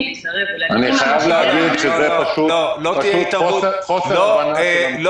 --- אני חייב להגיד שזה פשוט חוסר הבנה של המציאות.